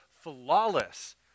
flawless